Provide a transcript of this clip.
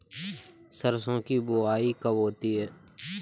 सरसों की बुआई कब होती है?